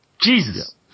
Jesus